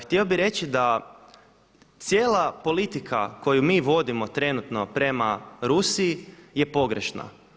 Htio bih reći da cijela politika koju mi vodimo trenutno prema Rusiji je pogrešna.